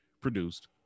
produced